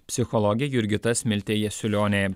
psichologė jurgita smiltė jasiulionė